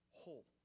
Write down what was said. whole